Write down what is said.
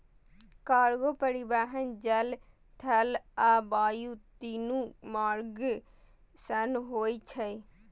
cargo परिवहन जल, थल आ वायु, तीनू मार्ग सं होय छै